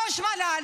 ראש המל"ל,